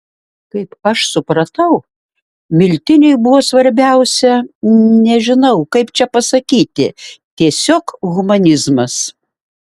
kaip aš supratau miltiniui buvo svarbiausia nežinau kaip čia pasakyti tiesiog humanizmas